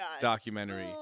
documentary